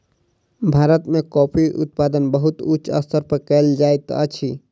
भारत में कॉफ़ी उत्पादन बहुत उच्च स्तर पर कयल जाइत अछि